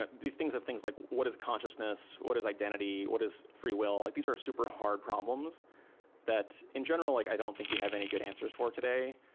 ah these things of things like what is consciousness? what is identity? what is free will? like these are super-hard problems that in general like i don't think we have any good answers for today,